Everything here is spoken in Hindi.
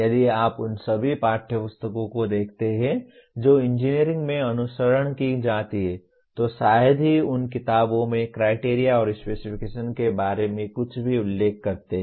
यदि आप उन सभी पाठ्य पुस्तकों को देखते हैं जो इंजीनियरिंग में अनुसरण की जाती हैं तो शायद ही उन किताबों में क्राइटेरिया और स्पेसिफिकेशन्स के बारे में कुछ भी उल्लेख करते हैं